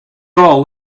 all